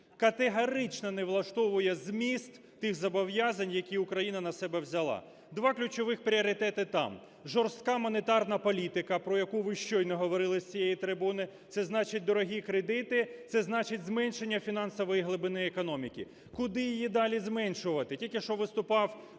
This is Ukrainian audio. Категорично не влаштовує зміст тих зобов'язань, які Україна на себе взяла. Два ключових пріоритети там: жорстка монетарна політика, про яку ви щойно говорили з цієї трибуни. Це значить дорогі кредити, це значить зменшення фінансової глибини економіки. Куди її далі зменшувати? Тільки що виступав